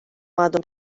għadhom